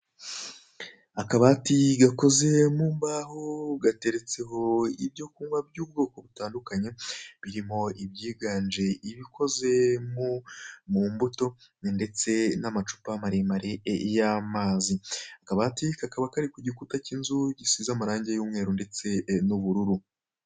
Akabati gakoze mu mbaho gateretseho ibyo kunywa by'ubwoko butandukanye, birimo ibyiganje ibikoze mu mbuto ndetse n'amacupa maremare y'amazi, akabati kakaba kari ku gikuta cy'inzu gisize amarangi y'umweru ndetse n'ubururu.